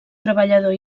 treballador